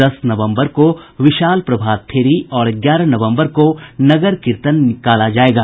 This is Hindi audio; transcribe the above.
दस नवम्बर को विशाल प्रभात फेरी और ग्यारह नवम्बर को नगर कीर्तन निकाला जायेगा